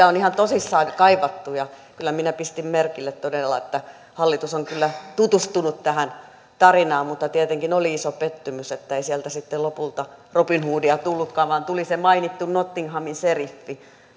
on ihan tosissaan kaivattu ja kyllä minä pistin merkille todella että hallitus on kyllä tutustunut tähän tarinaan mutta tietenkin oli iso pettymys kun ei sieltä sitten lopulta robin hoodia tullutkaan vaan tuli se mainittu nottinghamin seriffi